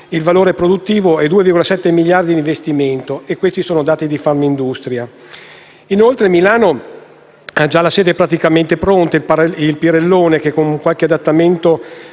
il valore produttivo e 2,7 miliardi l'investimento (dati di Farmindustria). Inoltre, Milano ha già la sede praticamente pronta - il Pirellone che, con qualche adattamento